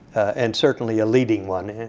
and certainly a leading one.